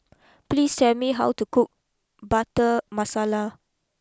please tell me how to cook Butter Masala